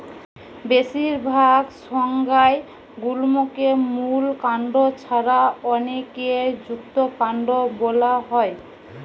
বেশিরভাগ সংজ্ঞায় গুল্মকে মূল কাণ্ড ছাড়া অনেকে যুক্তকান্ড বোলা হয়